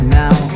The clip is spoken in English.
now